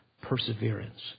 perseverance